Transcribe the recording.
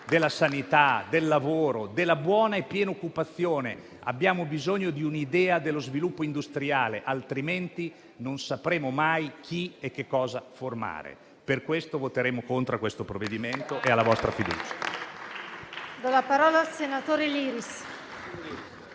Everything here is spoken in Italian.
della sanità, del lavoro, della buona e piena occupazione; abbiamo bisogno di un'idea dello sviluppo industriale, altrimenti non sapremo mai chi e cosa formare. Pertanto voteremo contro questo provvedimento e la vostra fiducia.